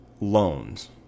loans